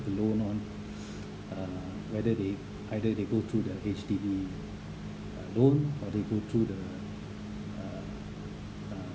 a loan on uh whether they either they go through their H_D_B uh loan or they go through the uh uh